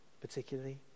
particularly